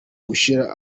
gushyira